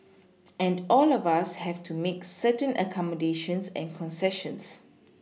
and all of us have to make certain accommodations and concessions